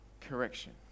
correction